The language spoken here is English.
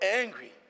angry